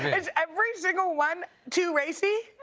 is every single one too race?